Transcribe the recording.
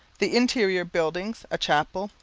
the interior buildings a chapel,